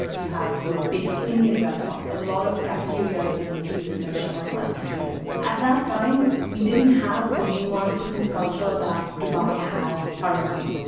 you had your basic indian restaurants, a lot of cafeterias doing juices and shwarmas. at that time, we didn't have the nuanced food culture that dubai has currently.